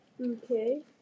Okay